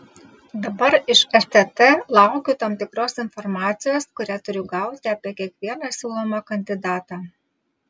dabar iš stt laukiu tam tikros informacijos kurią turiu gauti apie kiekvieną siūlomą kandidatą